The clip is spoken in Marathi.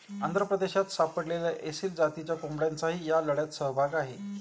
आंध्र प्रदेशात सापडलेल्या एसील जातीच्या कोंबड्यांचाही या लढ्यात सहभाग आहे